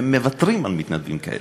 והם מוותרים על מתנדבים כאלה.